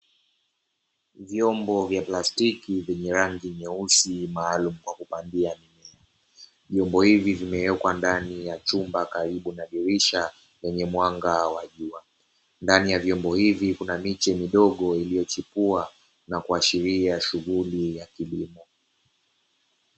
Vyombo vya plastiki vyenye rangi nyeusi maalumu kwa kupandia mimea. Vyombo hivi vimewekwa ndani ya chumba karibu na dirisha lenye mwanga wa jua. Ndani ya vyombo hivi kuna miche midogo iliyochipua na kuashiria shughuli ya kilimo.